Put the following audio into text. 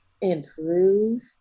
improve